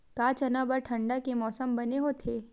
का चना बर ठंडा के मौसम बने होथे?